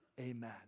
Amen